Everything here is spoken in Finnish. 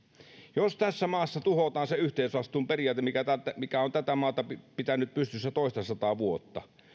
jos tässä maassa tuhotaan se yhteisvastuun periaate mikä on tätä maata pitänyt pystyssä toistasataa vuotta